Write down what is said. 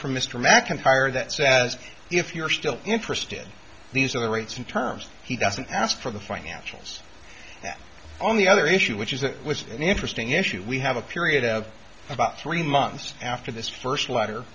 from mr macintyre that says if you're still interested these are the rates and terms he doesn't ask for the financials on the other issue which is that was an interesting issue we have a period of about three months after this first letter